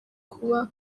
kuba